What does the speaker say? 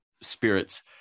spirits